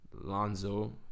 Lonzo